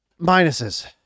Minuses